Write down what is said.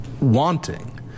wanting